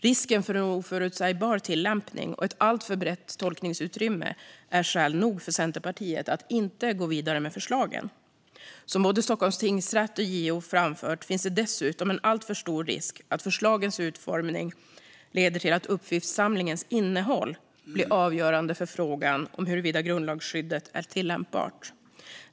Risken för en oförutsägbar tillämpning och ett alltför brett tolkningsutrymme är skäl nog för Centerpartiet att inte gå vidare med förslagen. Som både Stockholms tingsrätt och JO framfört finns det dessutom en alltför stor risk att förslagens utformning leder till att uppgiftssamlingens innehåll blir avgörande för frågan om huruvida grundlagsskyddet är tillämpbart.